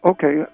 Okay